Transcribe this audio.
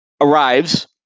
arrives